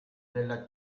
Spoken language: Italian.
della